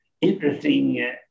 interesting